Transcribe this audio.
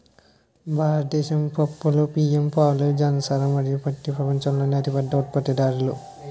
భారతదేశం పప్పులు, బియ్యం, పాలు, జనపనార మరియు పత్తి ప్రపంచంలోనే అతిపెద్ద ఉత్పత్తిదారులు